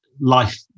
Life